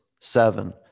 seven